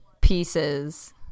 pieces